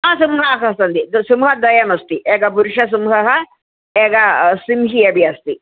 सिंहाः सन्ति सिंह द्वयमस्ति एकः पुरुषसिंहः एका सिंही अपि अस्ति